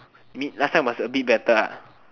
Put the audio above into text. I mean last time it was a bit better ah